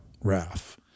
raf